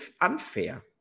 unfair